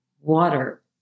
water